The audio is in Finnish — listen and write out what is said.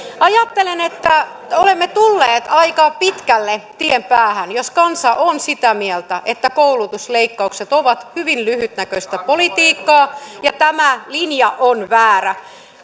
ajattelen että olemme tulleet aika pitkälle tien päähän jos kansa on sitä mieltä että koulutusleikkaukset ovat hyvin lyhytnäköistä politiikkaa ja tämä linja on väärä